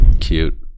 cute